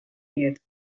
diet